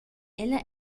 ella